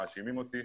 מאשימים אותי,